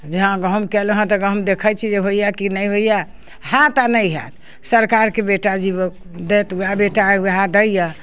जेँ गहूम कएलहुँ हँ तऽ गहूम देखै छी जे होइए कि नहि होइए हैत या नहि हैत सरकारके बेटा जिबौ देत वएह बेटा अइ वएह दैए